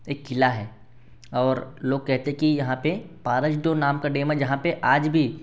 एक किला है और लोग कहते हैं कि यहाँ पर पारजडो नाम का डेम है जहाँ पर आज भी